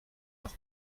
leur